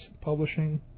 Publishing